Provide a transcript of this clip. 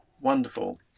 wonderful